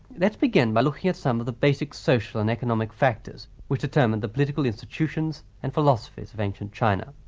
let us begin by looking at some of the basic social and economic factors which determined the political institutions and philosophies of ancient china.